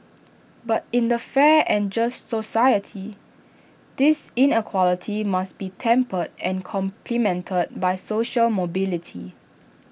but in A fair and just society this inequality must be tempered and complemented by social mobility